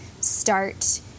start